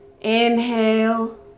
inhale